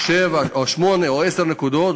לו שבע או שמונה או עשר נקודות,